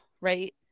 right